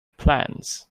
plans